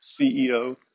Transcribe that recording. CEO